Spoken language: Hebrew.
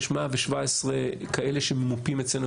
יש 117 כאלה שממופים אצלנו,